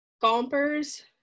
Gompers